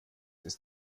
ist